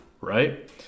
Right